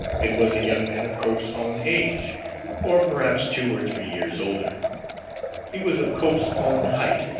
it was a young man of cope's own age or perhaps two or three years older he was of cope's own height,